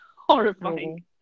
Horrifying